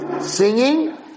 singing